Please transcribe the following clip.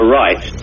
right